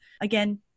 Again